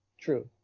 True